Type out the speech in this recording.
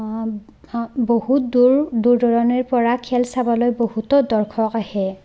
বহুত দূৰ দুৰ দূৰণিৰ পৰা খেল চাবলৈ বহুতো দৰ্শক আহে